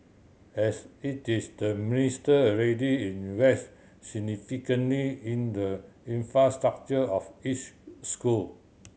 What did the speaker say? as it is the Minister already invest significantly in the infrastructure of each school